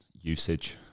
Usage